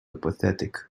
apathetic